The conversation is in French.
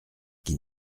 qui